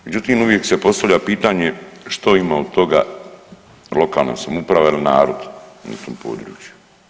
Međutim, uvijek se postavlja pitanje što ima od toga lokalna samouprava il narod na tom području.